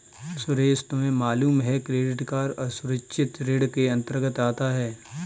सुरेश तुम्हें मालूम है क्रेडिट कार्ड असुरक्षित ऋण के अंतर्गत आता है